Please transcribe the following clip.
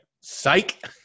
psych